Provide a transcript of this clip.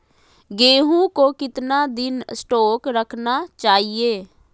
गेंहू को कितना दिन स्टोक रखना चाइए?